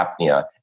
apnea